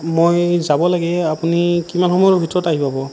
মই যাব লাগে আপুনি কিমান সময়ৰ ভিতৰত আহি পাব